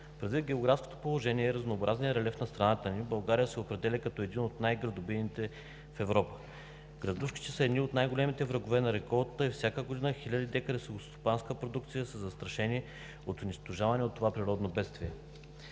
Предвид географското положение и разнообразния релеф на страната ни, България се определя като една от най градобийните в Европа. Градушките са едни от най-големите врагове на реколтата и всяка година хиляди декара селскостопанска продукция са застрашени от унищожаване от това природно бедствие.